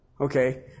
Okay